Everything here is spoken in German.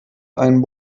einen